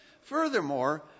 Furthermore